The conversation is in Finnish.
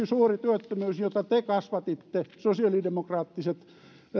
suuri työttömyys jota te kasvatitte sosiaalidemokraattiset